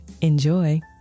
Enjoy